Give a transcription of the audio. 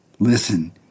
Listen